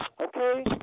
Okay